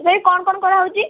ତଥାପି କଣ କଣ କରାହେଉଛି